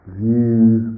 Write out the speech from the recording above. views